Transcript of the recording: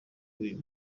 uyu